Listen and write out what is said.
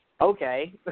okay